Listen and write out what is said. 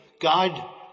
God